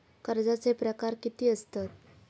कर्जाचे प्रकार कीती असतत?